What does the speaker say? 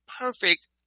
perfect